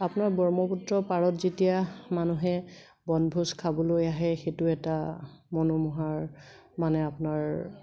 আপোনাৰ ব্ৰহ্মপুত্ৰৰ পাৰত যেতিয়া মানুহে বনভোজ খাবলৈ আহে সেইটো এটা মনোমোহা মানে আপোনাৰ